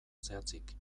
zehatzik